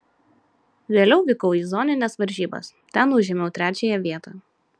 vėliau vykau į zonines varžybas ten užėmiau trečiąją vietą